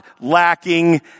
lacking